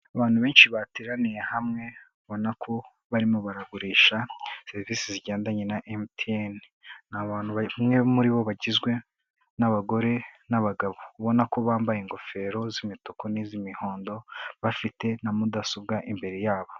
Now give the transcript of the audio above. Abantu benshi bateraniye hamwe ubona ko barimo baragurisha serivisi zigendanye na MTN, ni abantu umwe muri bo bagizwe n'abagore n'abagabo ubona ko bambaye ingofero z'imituku n'iz'imihondo bafite na mudasobwa imbere yabo.